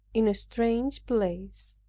in a strange place,